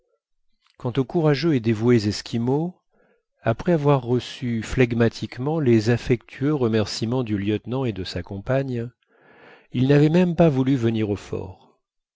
quant aux courageux et dévoués esquimaux après avoir reçu flegmatiquement les affectueux remerciements du lieutenant et de sa compagne ils n'avaient même pas voulu venir au fort